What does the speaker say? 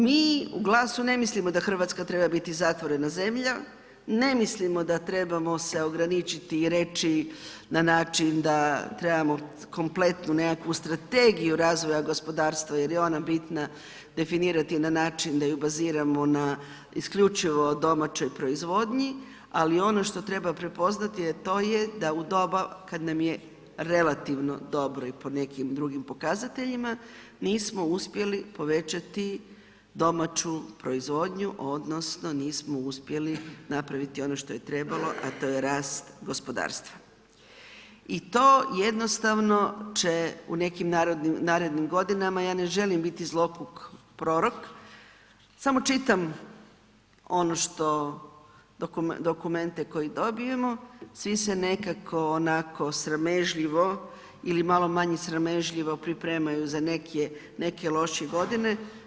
Mi u GLAS-u ne mislimo da Hrvatska treba biti zatvorena zemlja, ne mislimo da trebamo se ograničiti i reći na način da trebamo kompletnu nekakvu strategiju razvoja gospodarstva jer je ona bina definirati na način da ju baziramo na isključivo domaćoj proizvodnji, ali ono što treba prepoznati a to je da u doba kad nam je relativno dobro i po nekim drugim pokazateljima, mi smo uspjeli povećati domaću proizvodnju odnosno nismo uspjeli napraviti ono što je trebalo a to je rast gospodarstva i to jednostavno će u nekim narednim godinama, ja ne želim biti zloguk prorok, samo čitam ono što dokumente koje dobijemo, svi se nekako onako sramežljivo ili malo manje sramežljivo pripremaju za neke loše godine.